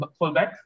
fullbacks